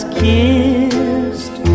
kissed